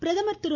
பிரதமர் திரு